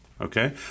Okay